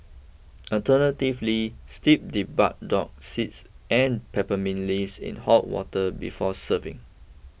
alternatively steep the burdock seeds and peppermint leaves in hot water before serving